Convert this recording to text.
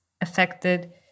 affected